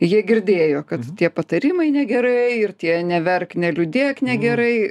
jie girdėjo kad tie patarimai negerai ir tie neverk neliūdėk negerai